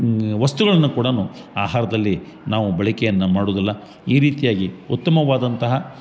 ವಸ್ತುಗಳನ್ನ ಕೂಡ ನಾವು ಆಹಾರದಲ್ಲಿ ನಾವು ಬಳಕೆಯನ್ನ ಮಾಡುದಿಲ್ಲ ಈ ರೀತಿಯಾಗಿ ಉತ್ತಮವಾದಂತಹ